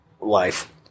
life